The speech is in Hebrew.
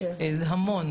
זה המון,